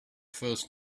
first